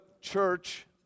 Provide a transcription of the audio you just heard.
church